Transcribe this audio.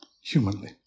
humanly